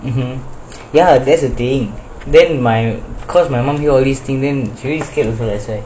ya that's the saying then my cause my mum always she scared also that's why